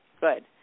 Good